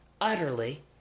utterly